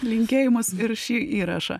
linkėjimus ir šį įrašą